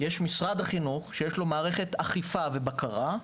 למשרד החינוך יש מערכת אכיפה ובקרה,